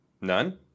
None